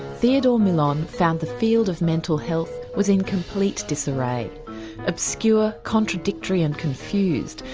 theodore millon found the field of mental health was in complete disarray obscure, contradictory and confused.